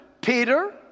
Peter